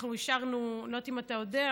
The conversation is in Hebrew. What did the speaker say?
אני לא יודעת אם אתה יודע,